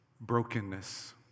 Brokenness